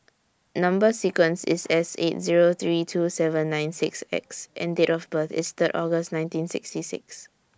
Number sequence IS S eight three two seven nine six X and Date of birth IS Third August nineteen sixty six